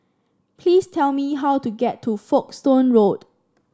please tell me how to get to Folkestone Road